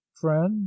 friend